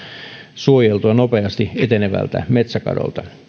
suojeltua nopeasti etenevältä metsäkadolta